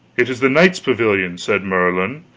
it is the knight's pavilion, said merlin,